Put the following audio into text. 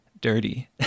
dirty